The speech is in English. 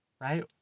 Right